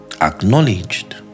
acknowledged